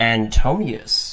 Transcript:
Antonius